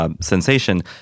sensation